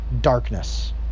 darkness